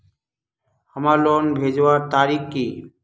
हमार लोन भेजुआ तारीख की?